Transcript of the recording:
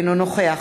אינו נוכח